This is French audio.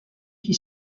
qui